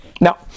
Now